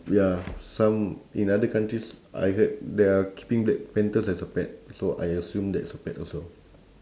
ya some in other countries I heard they are keeping black panthers as a pet so I assume that's a pet also